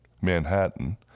Manhattan